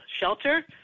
shelter